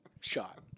shot